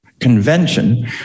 convention